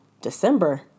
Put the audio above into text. December